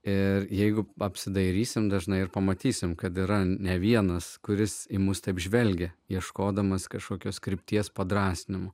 ir jeigu apsidairysime dažnai ir pamatysime kad yra ne vienas kuris į mus taip žvelgia ieškodamas kažkokios krypties padrąsinimo